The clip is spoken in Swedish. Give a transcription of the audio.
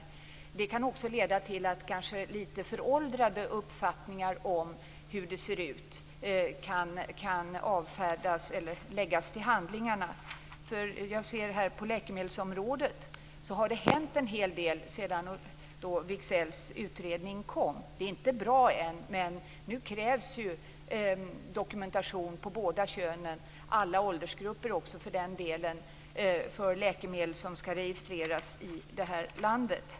Det kan kanske också leda till att lite föråldrade uppfattningar om hur det ser ut kan avfärdas eller läggas till handlingarna. Jag ser att det har hänt en hel del på läkemedelsområdet sedan Wigzells utredning kom. Det är inte bra än, men nu krävs det dokumentation på båda könen och för den delen också alla åldersgrupper för läkemedel som skall registreras i detta land.